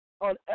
on